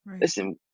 Listen